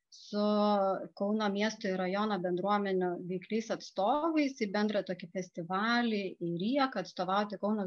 su kauno miesto ir rajono bendruomenių vikrys atstovais į bendrą tokį festivalį į rio atstovauti kauno